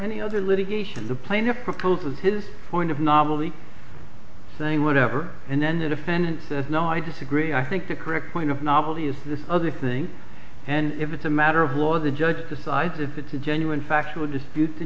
any other litigation the plaintiff proposes his point of novel the same whatever and then the defendant says no i disagree i think the correct point of novelty is this other thing and if it's a matter of law the judge decides if it's a genuine factual dispute the